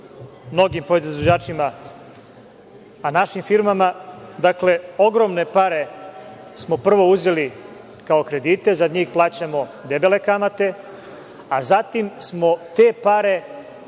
mnogim proizvođačima, našim firmama. Dakle, ogromne pare smo prvo uzeli kao kredite, za njih plaćamo debele kamate, a zatim smo te pare